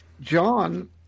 John